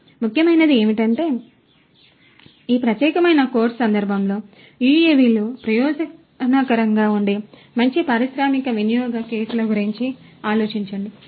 కాబట్టి ముఖ్యమైనది ఏమిటంటే ఈ ప్రత్యేక కోర్సు సందర్భంలో యుఎవిలు ప్రయోజనకరంగా ఉండే మంచి పారిశ్రామిక వినియోగ కేసుల గురించి ఆలోచించండి